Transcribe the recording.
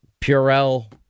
Purell